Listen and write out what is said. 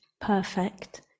perfect